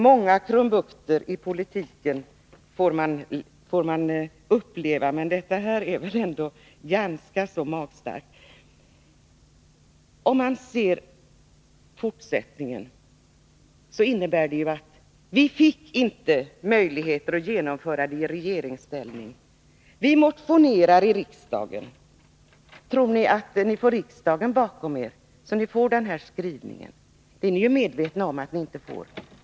Många krumbukter i politiken får man uppleva, men detta är väl ändå ganska så magstarkt. Fortsättningen blir väl att man säger: Vi fick inte möjlighet att genomföra detta i regeringsställning, men vi motionerade i riksdagen. Tror ni att ni får riksdagen bakom er, så att ni får denna skrivning? Det är ni ju medvetna om att ni inte får.